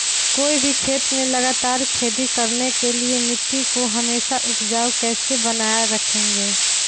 कोई भी खेत में लगातार खेती करने के लिए मिट्टी को हमेसा उपजाऊ कैसे बनाय रखेंगे?